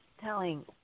telling